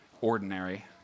ordinary